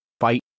fight